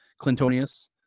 Clintonius